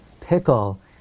pickle